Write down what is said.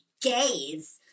gays